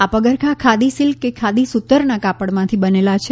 આ પગરખા ખાદી સિલ્ક કે ખાદી સૂતરના કાપડમાંથી બનેલા છે